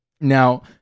Now